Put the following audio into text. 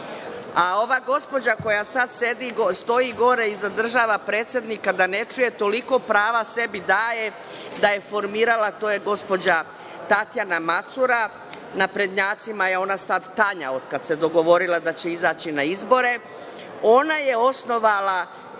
gospođa, koja sada stoji gore i zadržava predsednika da ne čuje, toliko prava sebi daje, to je gospođa Tatjana Macura, naprednjacima je ona sad Tanja, od kad se dogovorila da će izaći na izbore, ona je osnovala